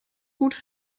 gut